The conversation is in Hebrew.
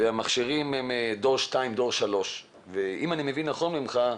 והמכשירים הם דור 2 או 3. אם אני מבין נכון ממך,